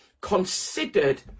considered